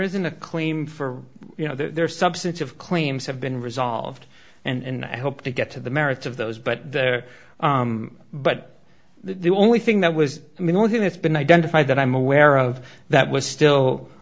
isn't a claim for you know there are substantive claims have been resolved and i hope to get to the merits of those but there but the only thing that was i mean one thing that's been identified that i'm aware of that was still